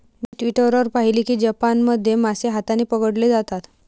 मी Twitter वर पाहिले की जपानमध्ये मासे हाताने पकडले जातात